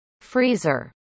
Freezer